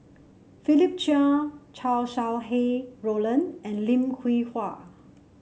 Philip Chia Chow Sau Hai Roland and Lim Hwee Hua